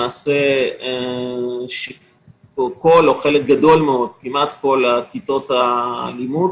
למעשה, חלק גדול או כמעט כל כיתות הלימוד